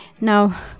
now